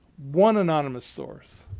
one anonymous source.